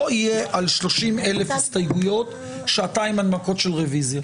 לא יהיו על 30,000 הסתייגויות שעתיים הנמקות של רוויזיות.